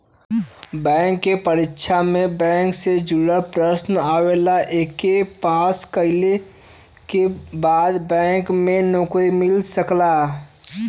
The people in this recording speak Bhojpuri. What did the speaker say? बैंक के परीक्षा में बैंक से जुड़ल प्रश्न आवला एके पास कइले के बाद बैंक में नौकरी मिल सकला